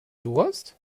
durst